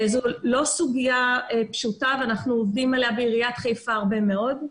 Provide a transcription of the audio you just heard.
זאת לא סוגיה פשוטה ואנחנו בעיריית חיפה עובדים עליה הרבה מאוד.